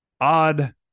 odd